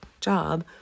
job